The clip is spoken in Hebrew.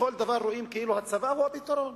בכל דבר רואים כאילו הצבא הוא הפתרון.